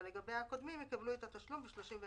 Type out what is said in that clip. אבל הקודמים יקבלו את התשלום ב-31 באוגוסט.